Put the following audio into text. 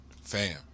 fam